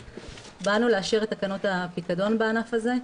באנו לאשר את תקנות הפיקדון בענף הזה.